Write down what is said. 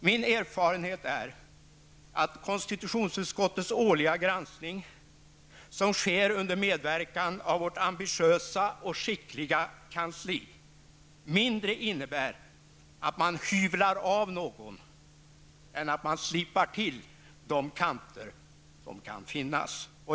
Min erfarenhet är att konstitutionsutskottets årliga granskning, som sker under medverkan av vårt ambitiösa och skickliga kansli, mindre innebär att man hyvlar av någon än att man slipar till de kanter som kan finnas.